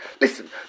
Listen